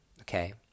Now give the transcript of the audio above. okay